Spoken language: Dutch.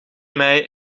mei